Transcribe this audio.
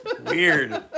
Weird